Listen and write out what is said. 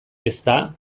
ezta